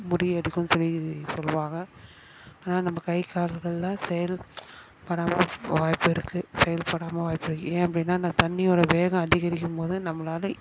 முறியடிக்கும் சொல்லி சொல்வாங்க ஆனால் நம்ப கை கால்கள்லாம் செயல் படாமல் போவ வாய்ப்பு இருக்கு செயல்படாமல் வாய்ப்பு இருக்கு ஏன் அப்படினா அந்த தண்ணியோட வேகம் அதிகரிக்கும் போது நம்ளால்